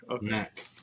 mac